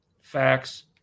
Facts